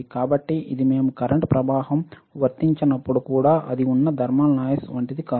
కాబట్టి ఇది మేము కరెంట్ ప్రవాహం వర్తించనప్పుడు కూడా అది ఉన్న థర్మల్ నాయిస్ వంటిది కాదు